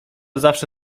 zawsze